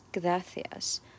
gracias